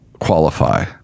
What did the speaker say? Qualify